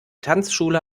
tanzschule